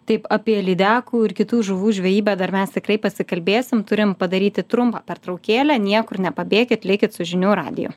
taip apie lydekų ir kitų žuvų žvejybą dar mes tikrai pasikalbėsim turim padaryti trumpą pertraukėlę niekur nepabėkit likit su žinių radiju